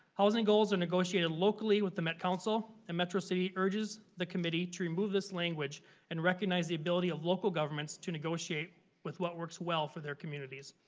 housing goals and negotiate and locally with a met council and metro city urges the committee to move this language and recognize the building of local government to negotiate with what works well for their communities.